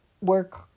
work